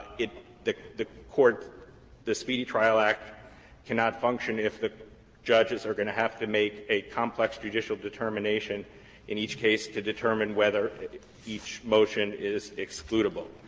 the the court the speedy trial act cannot function if the judges are going to have to make a complex judicial determination in each case to determine whether each motion is excludable.